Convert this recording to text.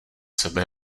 sebe